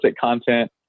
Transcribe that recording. content